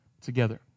together